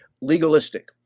legalistic